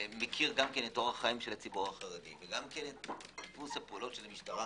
שמכיר את אורח החיים של הציבור החרדי וגם את דפוס הפעולות של המשטרה